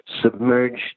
submerged